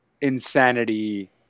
insanity